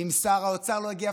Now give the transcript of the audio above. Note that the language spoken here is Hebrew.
אם שר האוצר לא הגיע,